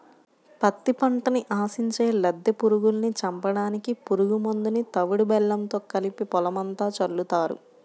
పత్తి పంటని ఆశించే లద్దె పురుగుల్ని చంపడానికి పురుగు మందుని తవుడు బెల్లంతో కలిపి పొలమంతా చల్లుతారు